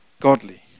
godly